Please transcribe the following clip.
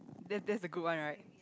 that that's a good one right